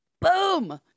boom